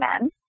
men